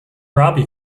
robbie